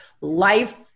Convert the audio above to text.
life-